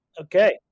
Okay